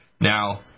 Now